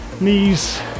knees